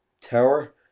Tower